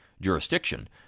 jurisdiction